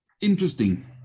Interesting